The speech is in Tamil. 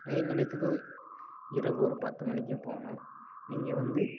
ரயில் நிலையத்துக்கு இரவு ஒரு பத்து மணிக்கும் போகணும் நீங்கள் வந்து